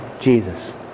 Jesus